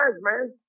man